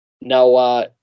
Now